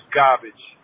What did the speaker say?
garbage